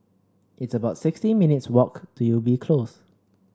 it's about sixty minutes' walk to Ubi Close